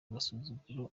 agasuzuguro